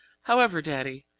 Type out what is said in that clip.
however, daddy,